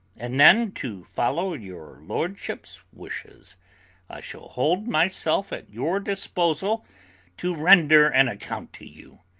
and then, to follow of your lordship's wishes i shall hold myself at your disposal to render an account to you,